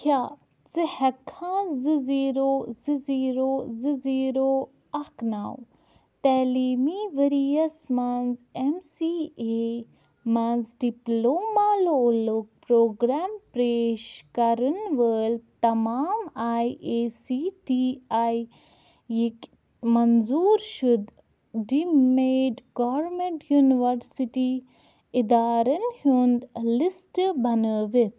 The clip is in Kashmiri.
کیٛاہ ژٕ ہٮ۪ککھا زٕ زیٖرو زٕ زیٖرو زٕ زیٖرو اکھ نو تعلیٖمی ؤرۍ یس منٛز اٮ۪م سی اے منٛز ڈِپلوما لولُک پرٛوگرام پیش کَرَن وٲلۍ تمام A I C T E یِک منظوٗر شُدٕ ڈِمیڈ گورمٮ۪نٛٹ یونیورسِٹی اِدارن ہُنٛد لسٹ بنٲوِتھ